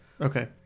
Okay